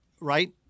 right